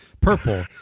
purple